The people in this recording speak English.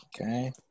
Okay